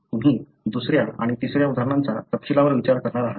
तुम्ही दुसऱ्या आणि तिसऱ्या उदाहरणांचा तपशीलवार विचार करणार आहात